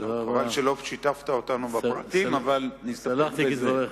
חבל שלא שיתפת אותנו בפרטים, אבל, סלחתי כדבריך.